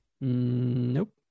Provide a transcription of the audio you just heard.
Nope